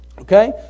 Okay